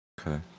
Okay